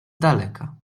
daleka